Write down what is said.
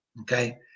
Okay